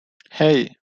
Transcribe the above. hey